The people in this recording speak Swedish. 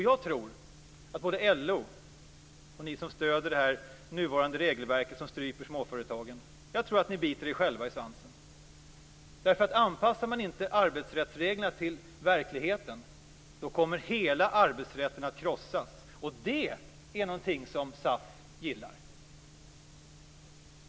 Jag tror att både LO och ni som stöder det nuvarande regelverket som stryper småföretagen biter er själva i svansen, därför att om man inte anpassar arbetsrättsreglerna till verkligheten kommer hela arbetsrätten att krossas. Och det är någonting som SAF gillar.